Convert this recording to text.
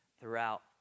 throughout